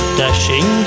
dashing